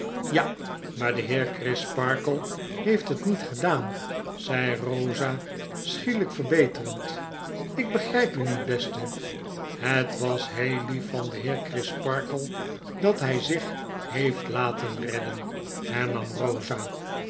ja maar de heer orisparkle heeft het niet gedaan zei eosa schielyk verbeterend ik begryp u niet beste het was heel lief van den heer orisparkle dat hij zich heeft laten redden hernam eosa